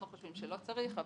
אנחנו חושבים שלא צריך,